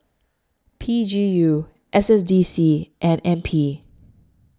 P G U S S D C and N P